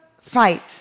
fight